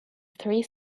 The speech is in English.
three